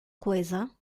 coisa